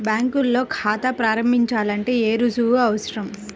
బ్యాంకులో ఖాతా ప్రారంభించాలంటే ఏ రుజువులు అవసరం?